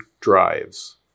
drives